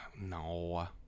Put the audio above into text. No